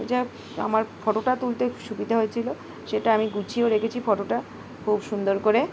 যা আমার ফটোটা তুলতে সুবিধা হয়েছিলো সেটা আমি গুছিয়েও রেখেছি ফটোটা খুব সুন্দর করে